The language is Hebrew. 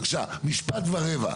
משפט ורבע.